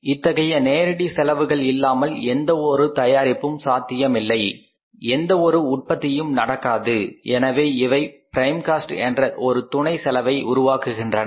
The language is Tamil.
இத்தகைய நேரடி செலவுகள் இல்லாமல் எந்த ஒரு தயாரிப்பும் சாத்தியமில்லை எந்த ஒரு உற்பத்தியும் நடக்காது எனவே அவை பிரைம் காஸ்ட் என்ற ஒரு துணை செலவை உருவாக்குகின்றன